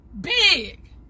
Big